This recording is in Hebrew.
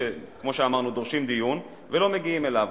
שכמו שאמרנו דורשים דיון ולא מגיעים אליו.